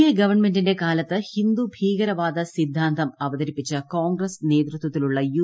A ഗവൺമെന്റിന്റെ കാലത്ത് ഹിന്ദു ഭീകരവാദ സിദ്ധാന്തം അവതരിപ്പിച്ച കോൺഗ്രസ് നേതൃത്വത്തിലുള്ള യു